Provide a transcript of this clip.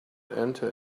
enter